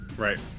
right